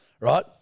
right